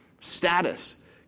Status